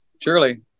Surely